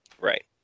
Right